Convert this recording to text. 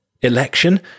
election